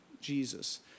Jesus